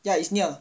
ya is near